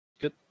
Good